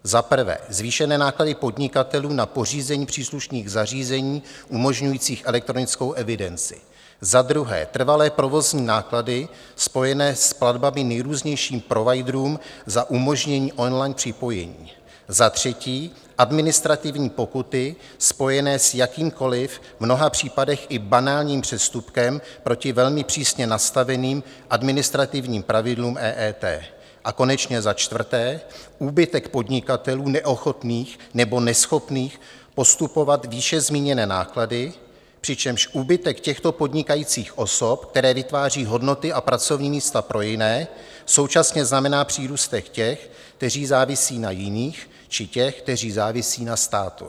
Za prvé zvýšené náklady podnikatelů na pořízení příslušných zařízení umožňujících elektronickou evidenci, za druhé trvalé provozní náklady spojené s platbami nejrůznějším providerům za umožnění online připojení, za třetí administrativní pokuty spojené s jakýmkoli, v mnoha případech i banálním, přestupkem proti velmi přísně nastaveným administrativním pravidlům EET a konečně za čtvrté úbytek podnikatelů neochotných nebo neschopných postupovat výše zmíněné náklady, přičemž úbytek těchto podnikajících osob, které vytvářejí hodnoty a pracovní místa pro jiné, současně znamená přírůstek těch, kteří závisejí na jiných, či těch, kteří závisejí na státu.